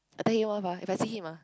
I tell him off ah if I see him ah